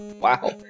Wow